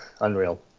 unreal